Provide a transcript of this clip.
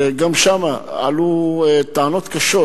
וגם שם עלו טענות קשות.